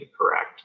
correct